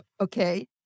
okay